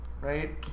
right